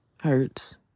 hurts